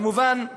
כמובן,